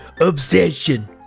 obsession